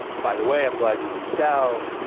by the way, i'm glad you reached out.